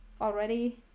already